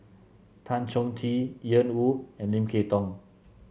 Tan Chong Tee Ian Woo and Lim Kay Tong